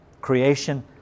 Creation